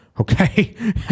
Okay